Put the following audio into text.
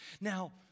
Now